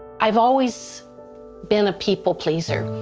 i've always been a people police ah